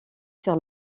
sur